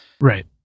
right